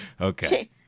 Okay